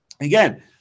again